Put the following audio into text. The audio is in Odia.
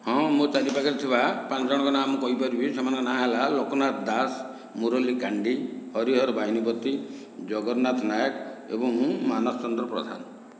ହଁ ମୋ ଚାରିପାଖରେ ଥିବା ପାଞ୍ଚ ଜଣଙ୍କ ନାଁ ମୁଁ କହିପାରିବି ସେମାନଙ୍କ ନାଁ ହେଲା ଲୋକନାଥ ଦାସ ମୂରଲୀ କାଣ୍ଡି ହରିହର ବାହିନୀପତି ଜଗନ୍ନାଥ ନାଏକ ଏବଂ ମାନସ ଚନ୍ଦ୍ର ପ୍ରଧାନ